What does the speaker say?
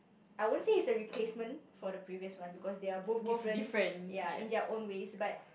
I won't say it's a replacement for the previous one because they are both different ya in their own ways but